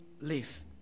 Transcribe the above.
live